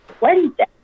Wednesday